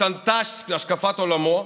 השתנתה השקפת עולמו,